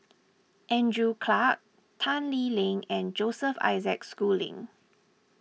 Andrew Clarke Tan Lee Leng and Joseph Isaac Schooling